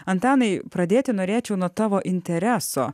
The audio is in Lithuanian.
antanai pradėti norėčiau nuo tavo intereso